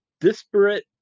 disparate